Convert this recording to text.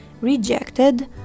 rejected